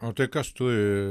o tai kas tu